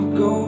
go